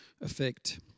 effect